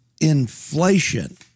inflation